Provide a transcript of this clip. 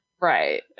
right